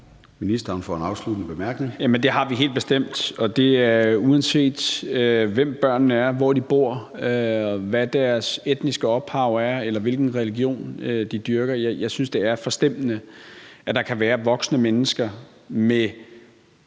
Det har vi helt bestemt, og det er, uanset hvem børnene er, hvor de bor, hvad deres etniske ophav er, eller hvilken religion de dyrker. Jeg synes, det er forstemmende, at der kan være voksne mennesker med bestemte